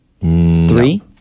Three